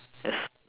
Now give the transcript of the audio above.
as